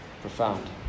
profound